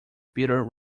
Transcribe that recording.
bitter